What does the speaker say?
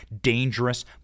dangerous